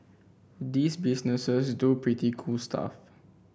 these businesses do pretty cool stuff